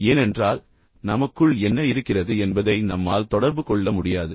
ஏனென்றால் நமக்குள் என்ன இருக்கிறது என்பதை நம்மால் தொடர்பு கொள்ள முடியாது